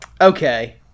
Okay